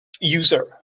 user